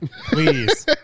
please